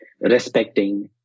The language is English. respecting